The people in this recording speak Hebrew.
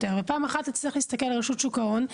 ערך ופעם אחת אצטרך להסתכל על רשות שוק ההון,